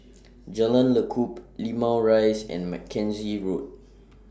Jalan Lekub Limau Rise and Mackenzie Road